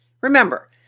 remember